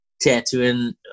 tattooing